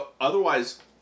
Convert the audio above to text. otherwise